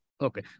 Okay